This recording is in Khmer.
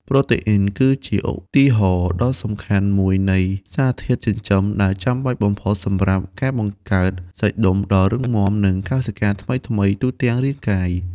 ប្រូតេអ៊ីន គឺជាឧទាហរណ៍ដ៏សំខាន់មួយនៃសារធាតុចិញ្ចឹមដែលចាំបាច់បំផុតសម្រាប់ការបង្កើត សាច់ដុំ ដ៏រឹងមាំ និង កោសិកាថ្មីៗ ទូទាំងរាងកាយ។